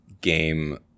game